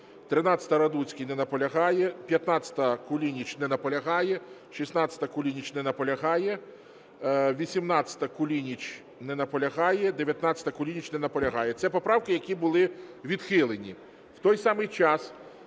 13-а, Радуцький. Не наполягає. 15-а, Кулініч. Не наполягає. 16-а, Кулініч. Не наполягає. 18-а, Кулініч. Не наполягає. 19-а, Кулініч. Не наполягає. Це поправки, які були відхилені. У той самий час